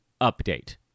update